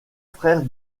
frère